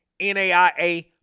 NAIA